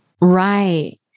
Right